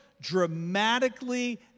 dramatically